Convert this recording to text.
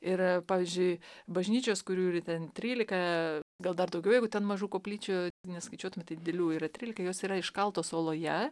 ir pavyzdžiui bažnyčios kurių yra ten trylika gal dar daugiau jeigu ten mažų koplyčių neskaičiuotume tai didelių yra trylika jos yra iškaltos uoloje